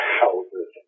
houses